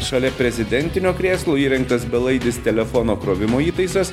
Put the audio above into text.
šalia prezidentinio krėslo įrengtas belaidis telefono krovimo įtaisas